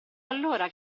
allora